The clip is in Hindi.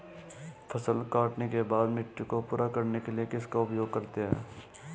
फसल काटने के बाद मिट्टी को पूरा करने के लिए किसका उपयोग करते हैं?